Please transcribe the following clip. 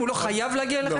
הוא לא חייב להגיע אליכם?